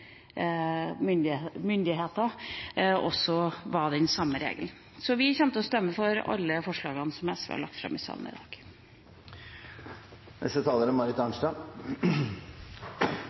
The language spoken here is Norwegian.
Stortingets myndigheter, også var etter den samme regel. Vi kommer til å stemme for alle forslagene som SV har lagt fram i salen i dag. La meg først få lov til å si at jeg synes det er